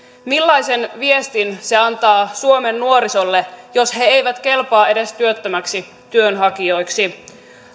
millaisen viestin se antaa suomen nuorisolle jos he eivät kelpaa edes työttömiksi työnhakijoiksi